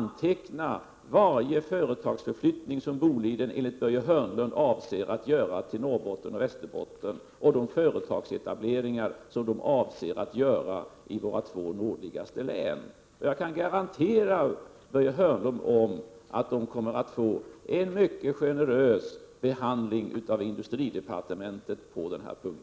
notera varje företagsförflyttning som Boliden, enligt Börje Hörnlund, avser att göra till Norrbotten och Västerbotten och de företagsetableringar som man avser att göra i våra två nordligaste län. Jag kan garantera, Börje Hörnlund, att Boliden kommer att få en mycket generös behandling av industridepartementet på denna punkt.